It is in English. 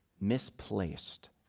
misplaced